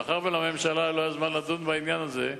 מאחר שלממשלה לא היה זמן לדון בעניין הזה,